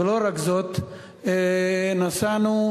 ולא רק זאת, נסענו,